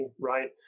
right